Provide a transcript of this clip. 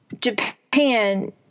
Japan